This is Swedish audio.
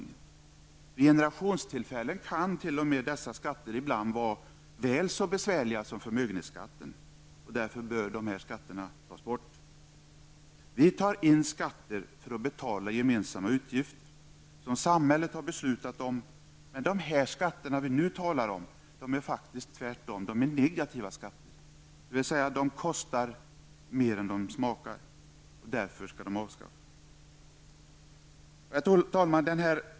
Vid generationsskiften kan dessa skatter t.o.m. ibland vara väl så besvärliga som förmögenhetsskatten. Därför bör dessa skatter tas bort. Vi tar in skatter för att betala gemensamma utgifter som samhället beslutat om. De skatter som vi nu talar om är ju faktiskt tvärtom negativa skatter, dvs. de kostar mer än de smakar. Därför skall de avskaffas. Herr talman!